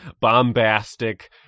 bombastic